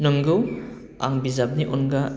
नोंगौ आं बिजाबनि अनगा